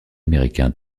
américain